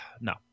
No